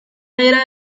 era